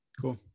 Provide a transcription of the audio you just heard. cool